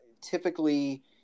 typically